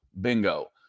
bingo